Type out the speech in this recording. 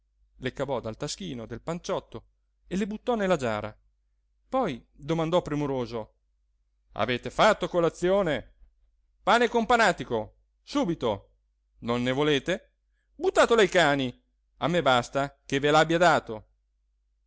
le cavò dal taschino del panciotto e le buttò nella giara poi domandò premuroso avete fatto colazione pane e companatico subito non ne volete buttatelo ai cani a me basta che ve l'abbia dato